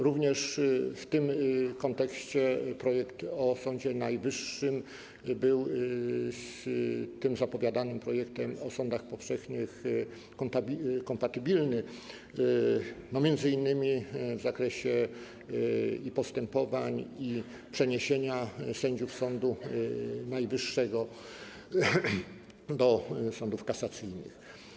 Również w tym kontekście projekt o Sądzie Najwyższym był z tym zapowiadanym projektem o sądach powszechnych kompatybilny, m.in. i w zakresie postępowań, i przeniesienia sędziów Sądu Najwyższego do sądów kasacyjnych.